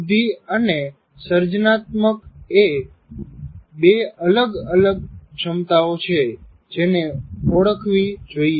બુદ્ધિ અને સર્જનાત્મક એ બે અલગ અલગ ક્ષમતાઓ છે જેને ઓળખવી જોઈએ